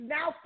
Now